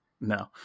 No